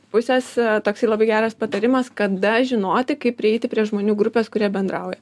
pusės toksai labai geras patarimas kada žinoti kaip prieiti prie žmonių grupės kurie bendrauja